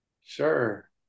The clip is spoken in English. Sure